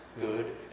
good